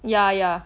ya ya